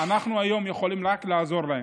היום אנחנו יכולים רק לעזור להם.